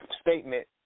statement